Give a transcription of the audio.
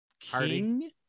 king